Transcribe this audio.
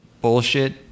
bullshit